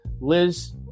liz